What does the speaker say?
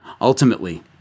Ultimately